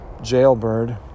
jailbird